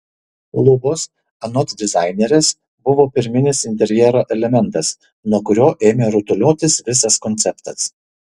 lubos anot dizainerės buvo pirminis interjero elementas nuo kurio ėmė rutuliotis visas konceptas